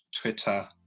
Twitter